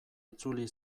itzuli